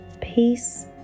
Peace